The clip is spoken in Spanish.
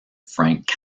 frank